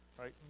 Right